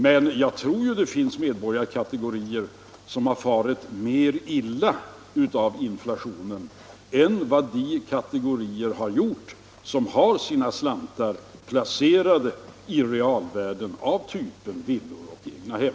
Men jag tror att det finns medborgarkategorier som har farit mer illa av inflationen än vad de kategorier har gjort som har sina slantar placerade i realvärden av typen villor och egna hem.